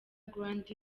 grande